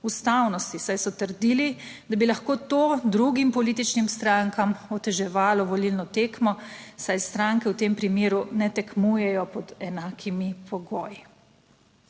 ustavnosti, saj so trdili, da bi lahko to drugim političnim strankam oteževalo volilno tekmo, saj stranke v tem primeru ne tekmujejo pod enakimi pogoji.